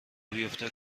بیافته